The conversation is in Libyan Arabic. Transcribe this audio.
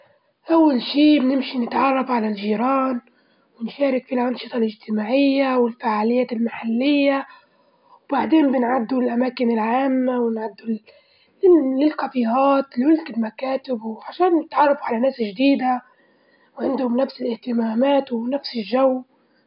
أول شي بنمشي نتعرف على الجيران، ونشارك في الأنشطة الاجتماعية والفعاليات المحلية، وبعدين بنعدوا للأماكن العامة ونعدوا للن- للكافيهات والمكاتب عشان نتعرف على ناس جديدة، وعندهم نفس الاهتمامات ونفس الجو.